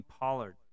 Pollard